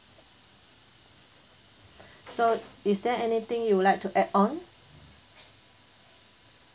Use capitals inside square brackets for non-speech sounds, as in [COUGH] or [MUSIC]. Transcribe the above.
[BREATH] so is there anything you would like to add on